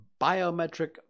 biometric